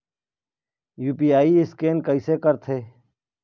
UPI scan कइसे करथे?